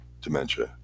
dementia